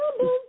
boom